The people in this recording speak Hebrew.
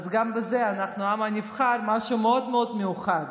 אז גם בזה אנחנו העם הנבחר, משהו מאוד מאוד מיוחד.